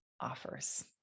offers